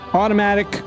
automatic